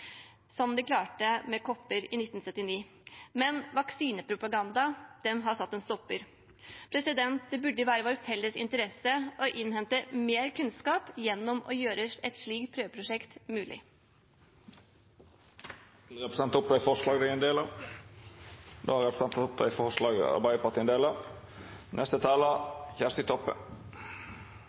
de klarte det med kopper i 1979. Men vaksinepropagandaen har satt en stopper. Det burde være i vår felles interesse å innhente mer kunnskap gjennom å gjøre et slikt prøveprosjekt mulig. Skal representanten ta opp forslag?